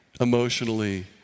emotionally